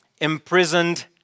imprisoned